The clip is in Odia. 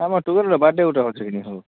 ଆମ ଟୁକେଲର ବାର୍ଥଡେ ଗୋଟେ ଅଛେ କିନି ହୋ